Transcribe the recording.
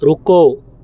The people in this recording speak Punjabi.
ਰੁਕੋ